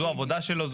זו העבודה שלו,